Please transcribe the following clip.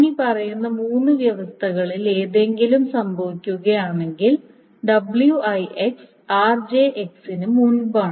ഇനിപ്പറയുന്ന മൂന്ന് വ്യവസ്ഥകളിൽ ഏതെങ്കിലും സംഭവിക്കുകയാണെങ്കിൽ wi rj ന് മുമ്പാണ്